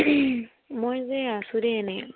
মই যে আছোঁ দেই এনেই